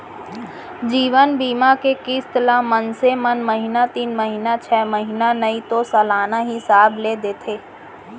जीवन बीमा के किस्त ल मनसे मन महिना तीन महिना छै महिना नइ तो सलाना हिसाब ले देथे